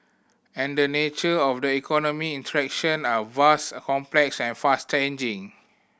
and the nature of the economy interaction are vast complex and fast changing